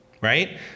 Right